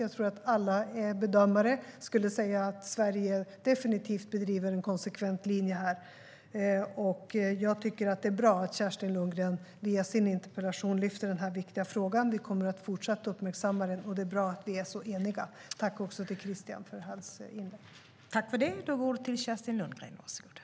Jag tror att alla bedömare skulle säga att Sverige definitivt bedriver en konsekvent linje. Jag tycker att det är bra att Kerstin Lundgren via sin interpellation lyfter upp den viktiga frågan. Vi kommer att fortsätta att uppmärksamma den, och det är bra att vi är så eniga. Tack också till Christian Holm Barenfeld för hans inlägg.